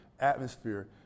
atmosphere